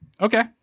Okay